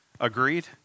Agreed